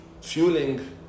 fueling